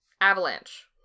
Avalanche